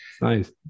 nice